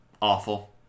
Awful